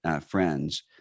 friends